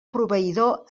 proveïdor